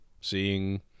seeing